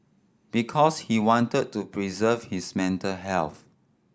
because he wanted to preserve his mental health